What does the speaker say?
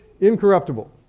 incorruptible